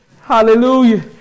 Hallelujah